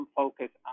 focus